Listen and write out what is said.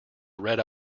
red